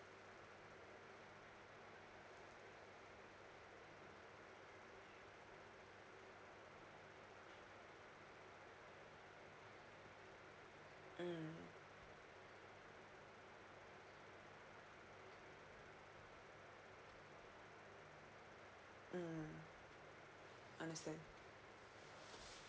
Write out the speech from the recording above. mm mm understand